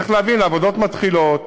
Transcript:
צריך להבין, העבודות מתחילות,